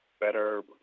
better